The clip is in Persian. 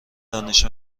دانش